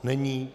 Není.